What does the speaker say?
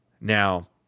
Now